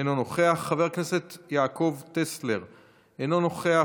אינו נוכח, חבר הכנסת יעקב טסלר, אינו נוכח,